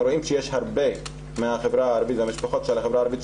אנחנו רואים שיש הרבה מהחברה הערבית והמשפחות של החברה הערבית,